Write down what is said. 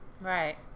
Right